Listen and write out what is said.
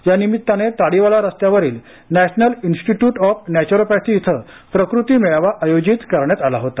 यानिमित्ताने ताडीवाला रस्त्या वरील नॅशनल इन्स्टिट्यूट ऑफ नॅचरोपॅथी इथ प्रकृती मेळावा आयोजित करण्यात आला होता